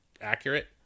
accurate